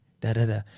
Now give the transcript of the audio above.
da-da-da